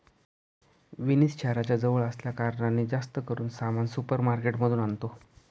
विनीत शहराच्या जवळ असल्या कारणाने, जास्त करून सामान सुपर मार्केट मधून आणतो